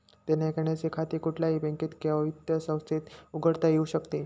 देण्याघेण्याचे खाते कुठल्याही बँकेत किंवा वित्त संस्थेत उघडता येऊ शकते